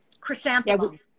Chrysanthemum